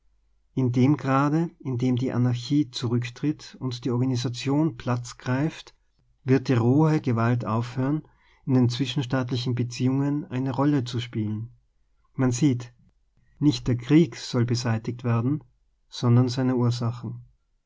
dem grade in dem die anarchie zurücktritt und die organist sation platz greift wird die rohe gewalt aufhören in den zwischenstaatlichen beziehungen eine rolle zu spielen man sieht nicht der krieg soll beseitigt werden sondern seine ursachen